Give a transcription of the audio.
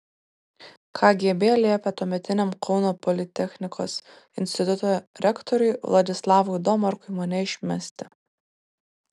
kgb liepė tuometiniam kauno politechnikos instituto rektoriui vladislavui domarkui mane išmesti